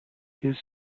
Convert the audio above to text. his